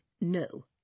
No